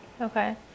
Okay